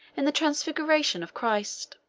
in the transfiguration of christ.